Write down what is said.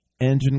engine